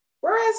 Whereas